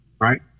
right